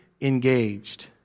engaged